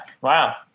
Wow